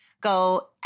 go